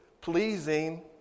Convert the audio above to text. pleasing